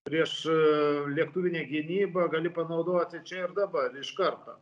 priešlėktuvinę gynybą gali panaudoti čia ir dabar iš karto